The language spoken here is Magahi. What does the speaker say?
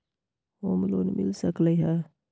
होम लोन मिल सकलइ ह?